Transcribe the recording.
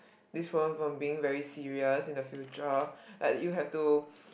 this problem from being very serious in the future like you have to